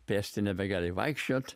pėst nebegali vaikščioti